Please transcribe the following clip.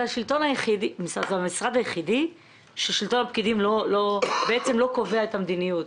זה המשרד היחיד שבו שלטון הפקידים בעצם לא קובע את המדיניות.